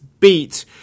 beat